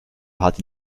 hart